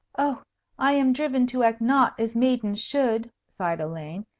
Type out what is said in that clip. oh i am driven to act not as maidens should, sighed elaine.